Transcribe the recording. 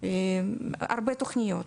הרבה תוכניות,